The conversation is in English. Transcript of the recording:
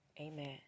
Amen